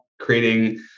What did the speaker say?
creating